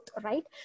right